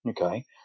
Okay